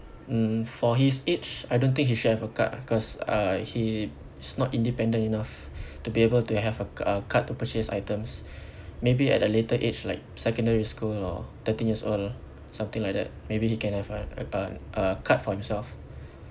mm for his age I don't think he should have a card ah cause uh he is not independent enough to be able to have a ca~ a card to purchase items maybe at a later age like secondary school or thirteen years old something like that maybe he can have a a a card for himself